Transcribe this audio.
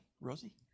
Rosie